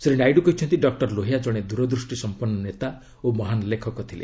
ଶ୍ରୀ ନାଇଡୁ କହିଛନ୍ତି ଡକ୍ଟର ଲୋହିଆ ଜଣେ ଦୂରଦୃଷ୍ଟି ସଂପନ୍ନ ନେତା ଓ ମହାନ ଲେଖକ ଥିଲେ